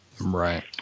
Right